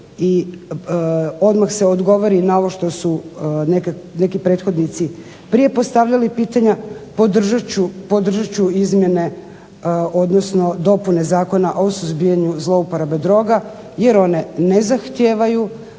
i odmah se odgovori na ovo što su neki prethodnici prije postavljali pitanja, podržat ću izmjene, odnosno dopune Zakona o suzbijanju zlouporabe droga, jer one ne zahtijevaju